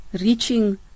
reaching